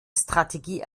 strategie